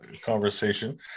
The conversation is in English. conversation